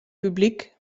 publyk